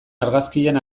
argazkian